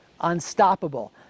Unstoppable